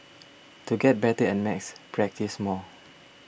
to get better at maths practise more